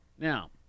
Now